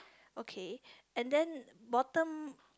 okay and then bottom